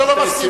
אתה לא מסכים.